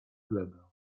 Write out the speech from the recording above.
glebę